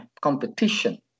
competition